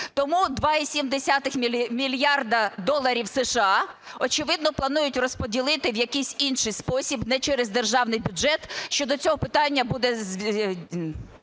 Тому 2,7 мільярда доларів США, очевидно планують розподілити в якийсь інший спосіб, не через державний бюджет. Щодо цього питання буде,